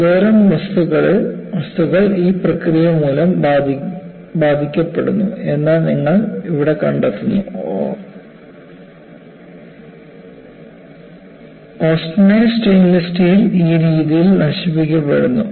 ചിലതരം വസ്തുക്കൾ ഈ പ്രക്രിയ മൂലം ബാധിക്കപ്പെടുന്നു എന്ന് നിങ്ങൾ ഇവിടെ കണ്ടെത്തുന്നു ഓസ്റ്റെനിറ്റിക് സ്റ്റെയിൻലെസ് സ്റ്റീൽ ഈ രീതിയിൽ നശിപ്പിക്കപ്പെടുന്നു